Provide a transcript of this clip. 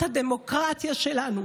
את הדמוקרטיה שלנו.